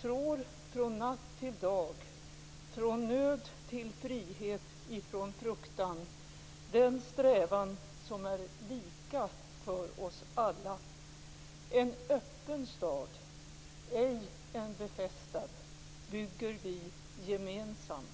trår från natt till dag, från nöd till frihet ifrån fruktan den strävan som är lika för oss alla. En öppen stad, ej en befästad, bygger vi gemensamt.